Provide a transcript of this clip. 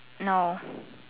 no